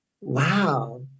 wow